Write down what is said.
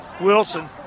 Wilson